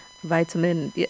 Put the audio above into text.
Vitamin